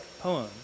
poem